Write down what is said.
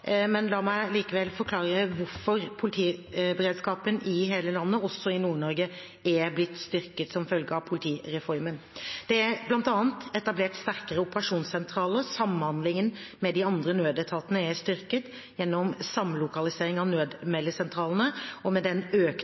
men la meg likevel forklare hvorfor politiberedskapen i hele landet – også i Nord-Norge – er blitt styrket som følge av politireformen. Det er bl.a. etablert sterkere operasjonssentraler, samhandlingen med de andre nødetatene er styrket gjennom samlokalisering av nødmeldesentralene, og med den økte